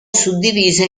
suddivisa